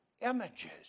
images